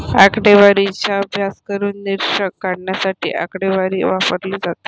आकडेवारीचा अभ्यास करून निष्कर्ष काढण्यासाठी आकडेवारी वापरली जाते